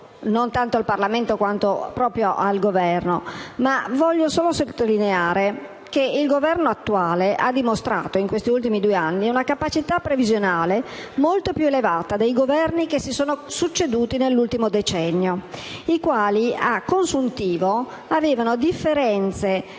non tanto al Parlamento, quanto proprio al Governo, ma voglio solo sottolineare che il Governo attuale ha dimostrato in questi ultimi due anni una capacità previsionale molto più elevata dei Governi che si sono succeduti nell'ultimo decennio, i quali a consuntivo avevano differenze